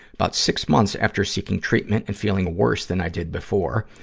about six months after seeking treatment and feeling worse than i did before,